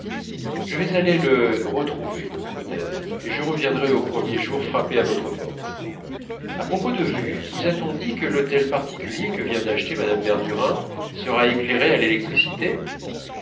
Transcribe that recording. je vais aller le retrouver odette et je reviendrai au premier jour frapper à votre porte à propos de vue vous a-t-on dit que l'hôtel particulier que vient d'acheter mme verdurin sera éclairé à l'électricité